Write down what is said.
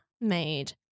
made